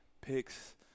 Picks